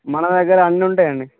మన దగ్గర అన్నీ ఉంటాయండి